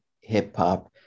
hip-hop